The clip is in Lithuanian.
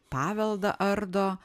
paveldą ardo